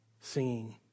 singing